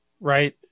right